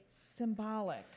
symbolic